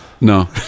No